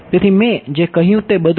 તેથી મેં જે કહ્યું તે બધું જ